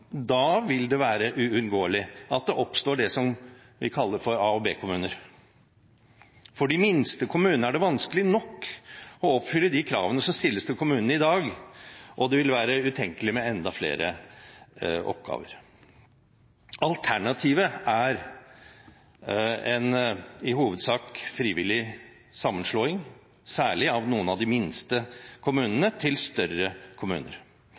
Da vil det være uunngåelig at det oppstår det som vi kaller A- og B-kommuner. For de minste kommunene er det vanskelig nok å oppfylle de kravene som stilles til kommunene i dag, og det vil være utenkelig med enda flere oppgaver. Alternativet er en i hovedsak frivillig sammenslåing, særlig av noen av de minste kommunene, til større kommuner.